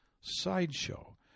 sideshow